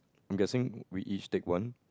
i'm guessing we each take one